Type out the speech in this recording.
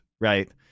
right